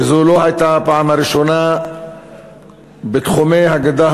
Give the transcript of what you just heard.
וזו לא הייתה הפעם הראשונה בתחומי הגדה